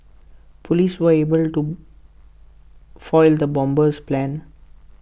Police were able to foil the bomber's plans